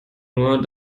nur